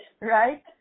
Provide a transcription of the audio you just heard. Right